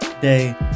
day